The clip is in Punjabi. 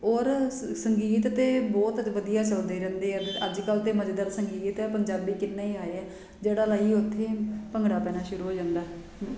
ਔਰ ਸੰਗੀਤ ਤਾਂ ਬਹੁਤ ਵਧੀਆ ਚਲਦੇ ਰਹਿੰਦੇ ਆ ਅੱਜ ਕੱਲ੍ਹ ਤਾਂ ਮਜ਼ੇਦਾਰ ਸੰਗੀਤ ਹੈ ਪੰਜਾਬੀ ਕਿੰਨਾ ਹੀ ਆਏ ਆ ਜਿਹੜਾ ਲਾਈਏ ਉੱਥੇ ਭੰਗੜਾ ਪੈਣਾ ਸ਼ੁਰੂ ਹੋ ਜਾਂਦਾ